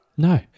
No